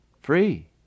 Free